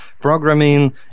programming